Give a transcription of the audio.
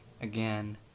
again